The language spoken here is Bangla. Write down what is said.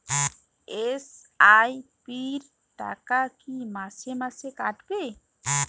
এস.আই.পি র টাকা কী মাসে মাসে কাটবে?